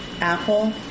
apple